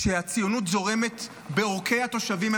שהציונות זורמת בהן בעורקי התושבים.